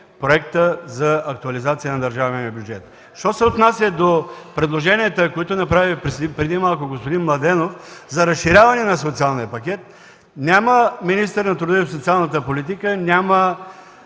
Проекта за актуализация на държавния бюджет. Що се отнася до предложенията, които направи преди малко господин Младенов – за разширяване на социалния пакет, няма министър на труда и социалната политика, няма